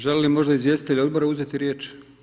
Želi li možda izvjestitelj odbora uzeti riječ?